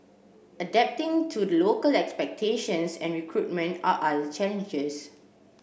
adapting to the local expectations and recruitment are other challenges